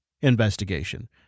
investigation